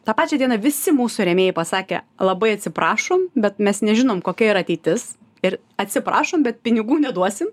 tą pačią dieną visi mūsų rėmėjai pasakė labai atsiprašome bet mes nežinome kokia yra ateitis ir atsiprašome bet pinigų neduosime